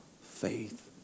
faith